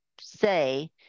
say